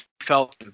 felt